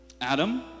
Adam